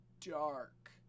dark